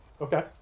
Okay